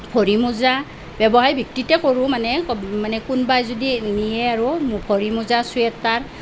ভৰি মোজা ব্যৱসায়ী ভিত্তিতে কৰোঁ মানে মানে কোনোবাই যদি নিয়ে আৰু ভৰি মোজা চুৱেটাৰ